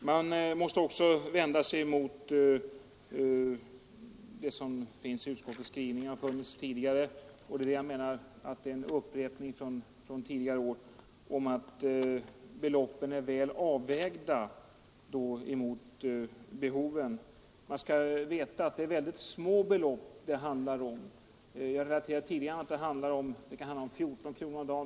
Man måste också vända sig emot vad som har anförts i utskottets skrivning både nu och tidigare, och jag menar att det nu är fråga om en upprepning från tidigare år när man säger att beloppen är väl avvägda i förhållande till behoven. Man skall veta att det är mycket små belopp det handlar om. Jag har relaterat tidigare att det kan handla om 14 kronor om dagen.